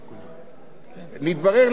מתברר לנו שבתי-חולים,